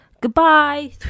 Goodbye